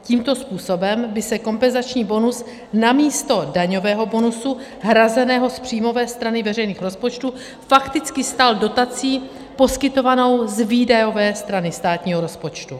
Tímto způsobem by se kompenzační bonus namísto daňového bonusu hrazeného z příjmové strany veřejných rozpočtů fakticky stal dotací poskytovanou z výdajové strany státního rozpočtu.